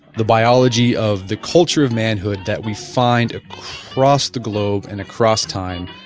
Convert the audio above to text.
the biology of the culture of manhood that we find across the globe and across time.